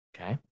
okay